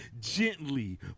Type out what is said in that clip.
gently